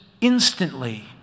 instantly